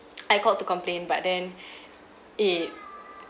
I called to complain but then it